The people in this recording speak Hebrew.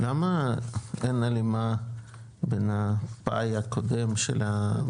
למה אין הלימה בין הפאי הקודם של מקורות?